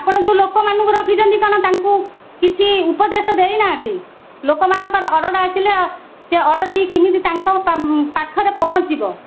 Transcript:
ଆପଣ ଯେଉଁ ଲୋକମାନଙ୍କୁ ରଖିଛନ୍ତି କ'ଣ ତାଙ୍କୁ କିଛି ଉପଦେଶ ଦେଇନାହାନ୍ତି ଲୋକମାନଙ୍କର ଅର୍ଡ଼ର୍ ଆସିଲେ ସେ ଅର୍ଡ଼ର୍ଟି କେମିତି ତାଙ୍କ ପାଖରେ ପହଞ୍ଚିବ